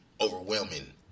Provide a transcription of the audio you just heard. overwhelming